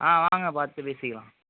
ஆ வாங்க பார்த்து பேசிக்கலாம்